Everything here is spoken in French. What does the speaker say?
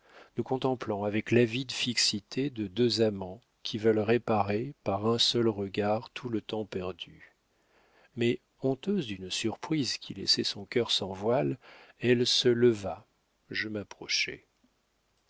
nous contemplant avec l'avide fixité de deux amants qui veulent réparer par un seul regard tout le temps perdu mais honteuse d'une surprise qui laissait son cœur sans voile elle se leva je m'approchai